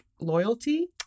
loyalty